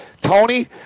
Tony